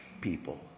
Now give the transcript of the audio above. people